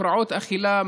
הפרעות אכילה,